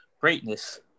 greatness